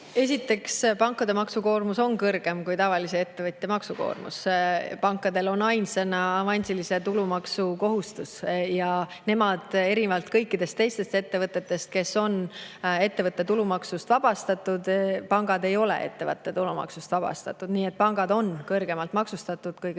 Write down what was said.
Esiteks, pankade maksukoormus on kõrgem kui tavalise ettevõtja maksukoormus. Pankadel on ainsana avansilise tulumaksu kohustus ja erinevalt kõikidest teistest ettevõtetest, kes on ettevõtte tulumaksust vabastatud, ei ole pangad ettevõtte tulumaksust vabastatud. Nii et pangad on kõrgemalt maksustatud kui